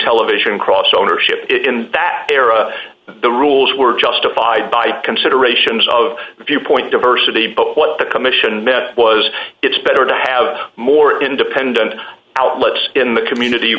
television cross ownership in that era the rules were justified by considerations of viewpoint diversity but what the commission was it's better to have more independent outlets in the community